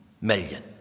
million